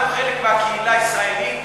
תגידו: אנחנו חלק מהקהילה הישראלית,